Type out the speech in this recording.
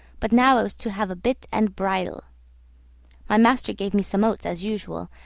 but now i was to have a bit and bridle my master gave me some oats as usual,